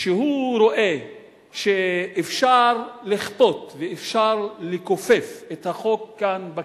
שהוא רואה שאפשר לכפות ואפשר לכופף את החוק כאן בכנסת?